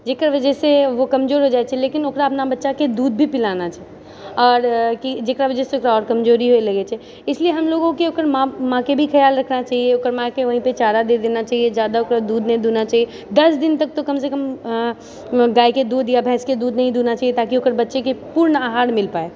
जेकर वजहसँ ओ कमजोर हो जाइत छै लेकिन ओकरा अपना बच्चाके दूध भी पिलाना छै और जेकरा वजहसँ ओकरा आओर कमजोरी होइ लागै छै ईसलिए हमलोगो को ओकर माँ के भी ख़याल रखना चाहिए ओकर माँके वही पे चारा दे देना चाहिए जादा ओकरा दूध नहि दुहना चाहिए दश दिन तक तऽ कमसँ कम गायके दूध या भैंसके दूध नहि दुहना चाहिए ताकि ओकर बच्चेके पूर्ण आहार मील पाए